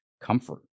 comfort